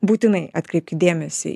būtinai atkreipkit dėmesį